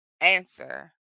answer